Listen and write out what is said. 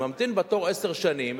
ממתין בתור עשר שנים,